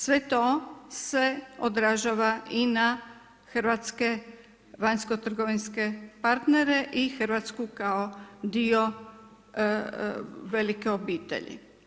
Sve to se odražava i na hrvatske vanjsko-trgovinske partnere i Hrvatsku kao dio velike obitelji.